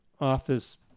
office